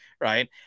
right